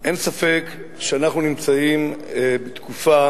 אין ספק שאנחנו נמצאים בתקופה